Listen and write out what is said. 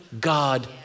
God